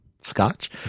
scotch